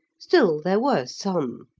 still there were some.